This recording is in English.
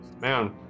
man